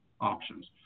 options